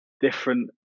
different